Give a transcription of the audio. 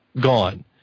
gone